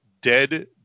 dead